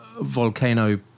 volcano